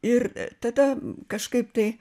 ir tada kažkaip tai